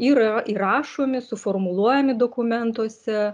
yra įrašomi suformuluojami dokumentuose